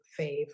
fave